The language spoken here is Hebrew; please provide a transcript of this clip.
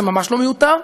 זה ממש לא מיותר.